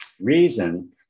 Reason